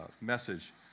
message